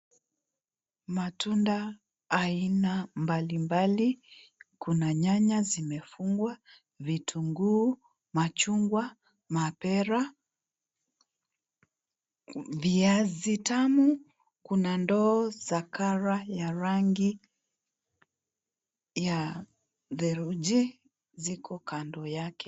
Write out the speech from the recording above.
Matunda aina mbalimbali kuna nyanya zimefungwa, vitunguu, machungwa, mapera, viazi tamu, kuna ndoo za color .ya rangi ya theluji ziko kando yake.